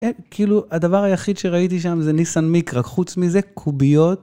כאילו הדבר היחיד שראיתי שם זה ניסן מיקרה, חוץ מזה, קוביות.